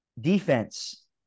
defense